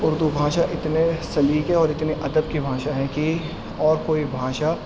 اردو بھاشاں اتنے سلیقے اور اتنے ادب کی بھاشا ہے کہ اور کوئی بھاشا